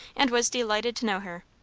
and was delighted to know her.